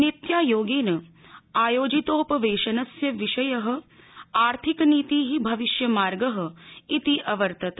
नित्यायोगेन आयोजितोपवशेनस्य विषयः आर्थिकनीतिः भविष्यमार्गः इति अवर्तत